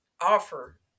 offer